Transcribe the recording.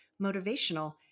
motivational